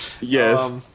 yes